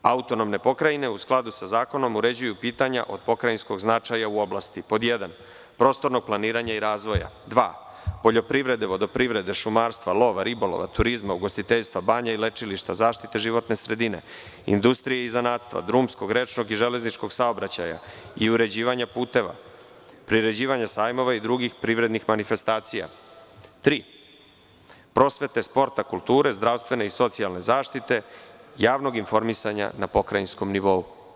Autonomne pokrajine, u skladu sa zakonom, uređuju pitanja od pokrajinskog značaja u oblasti (1) prostornog planiranja i razvoja, (2) poljoprivrede, vodoprivrede, šumarstva, lova, ribolova, turizma, ugostiteljstva, banja i lečilišta, zaštite životne sredine, industrije i zanatstva, drumskog, rečnog i železničkog saobraćaja i uređivanja puteva, priređivanje sajmova i drugih privrednih manifestacija, (3) prosvete, sporta, kulture, zdravstvene i socijalne zaštite, javnog informisanja na pokrajinskom nivou.